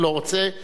לא רוצה.